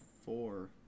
four